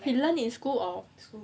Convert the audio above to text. we learn in school or